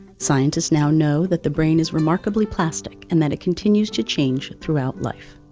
scientists now know that the brain is remarkably plastic and that it continues to change throughout life.